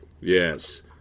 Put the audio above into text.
Yes